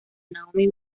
naomi